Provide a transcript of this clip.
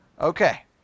Okay